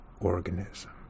Organism